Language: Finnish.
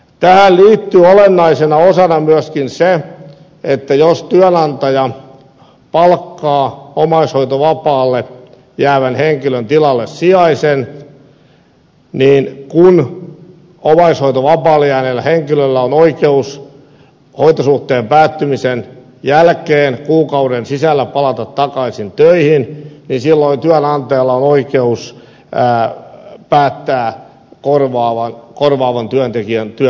tähän liittyy olennaisena osana myöskin se että jos työnantaja palkkaa omaishoitovapaalle jäävän henkilön tilalle sijaisen niin kun omais hoitovapaalle jääneellä henkilöllä on oikeus hoitosuhteen päättymisen jälkeen kuukauden sisällä palata takaisin töihin silloin työnantajalla on oikeus päättää korvaavan työntekijän työsuhde